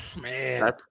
Man